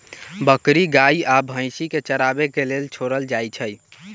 बकरी गाइ आ भइसी के चराबे के लेल छोड़ल जाइ छइ